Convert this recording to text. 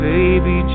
Baby